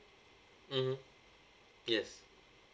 mmhmm yes